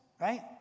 right